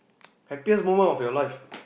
happiest moment of your life